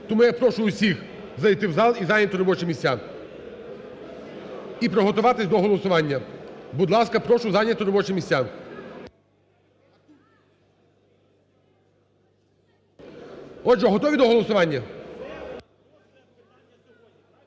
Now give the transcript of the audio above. Тому я прошу усіх зайти в зал і зайняти робочі місця, і приготуватись до голосування. Будь ласка, прошу зайняти робочі місця. Отже, готові до голосування?